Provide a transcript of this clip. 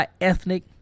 ethnic